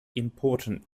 important